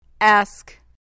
Ask